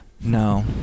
No